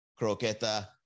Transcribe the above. croqueta